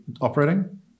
operating